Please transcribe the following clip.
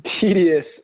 tedious